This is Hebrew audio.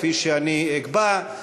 כפי שאני אקבע.